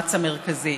המאמץ המרכזי.